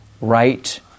right